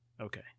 Okay